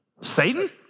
Satan